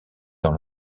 dans